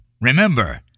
Remember